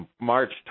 March